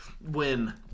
win